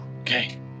Okay